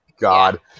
God